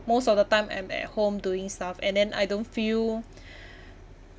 most of the time I'm at home doing stuff and then I don't feel